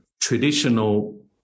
traditional